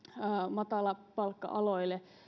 matalapalkka aloille